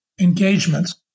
engagements